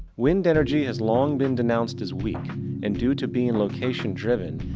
wind energy has long been denounced as weak and, due to being location driven,